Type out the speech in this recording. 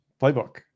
playbook